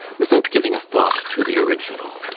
without giving a thought to the original.